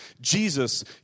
Jesus